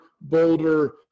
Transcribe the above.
Boulder